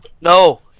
No